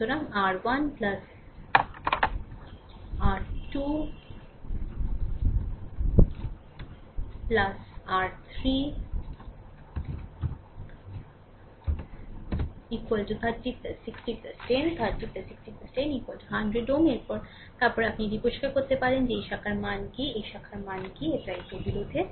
সুতরাং r 1 r 2 r 3 30 60 10 30 60 10 100 Ω এবং তারপরে আপনি এটি আবিষ্কার করতে পারেন যে এই শাখার মান কী এই শাখার মান কী এটি এই প্রতিরোধের